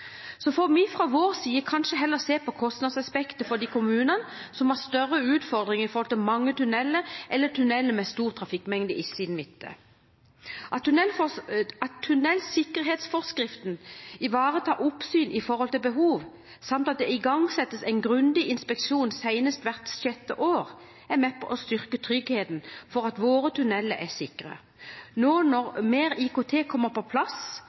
Så får vi fra vår side kanskje heller se på kostnadsaspektet for de kommunene som har større utfordringer med hensyn til mange tunneler eller tuneller med stor trafikkmengde i sin midte. At tunnelsikkerhetsforskriften ivaretar oppsyn med tanke på behov, samt at det igangsettes en grundig inspeksjon senest hvert sjette år, er med på å styrke tryggheten for at våre tunneler er sikre. Nå når mer IKT kommer på plass